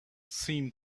seem